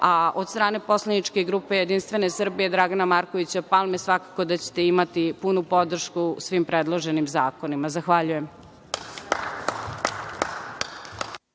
strane poslaničke grupe Jedinstvene Srbije Dragana Markovića Palme svakako da ćete imati punu podršku svim predloženim zakonima. Zahvaljujem.